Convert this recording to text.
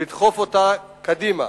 לדחוף אותה קדימה